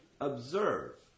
observe